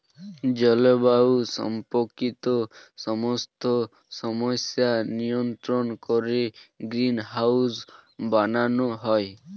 জলবায়ু সম্পর্কিত সমস্ত সমস্যা নিয়ন্ত্রণ করে গ্রিনহাউস বানানো হয়